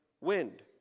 wind